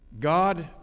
God